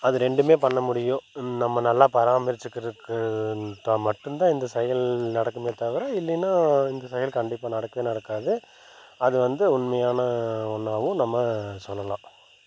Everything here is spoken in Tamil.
அது ரெண்டுமே பண்ண முடியும் நம்ம நல்லா பரமாரிச்சிக்கிறதுக்கு இருந்தால் மட்டுந்தான் இந்த செயல் நடக்குமே தவிர இல்லைன்னா இந்த செயல் கண்டிப்பாக நடக்கவே நடக்காது அது வந்து உண்மையான ஒன்றாவும் நம்ம சொல்லலாம்